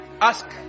Ask